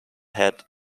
head